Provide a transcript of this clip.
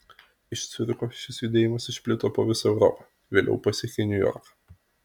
iš ciuricho šis judėjimas išplito po visą europą vėliau pasiekė niujorką